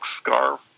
scarf